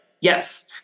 yes